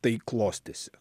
tai klostėsi